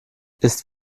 ist